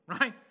Right